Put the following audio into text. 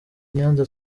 nyanza